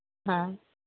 ᱦᱮᱸ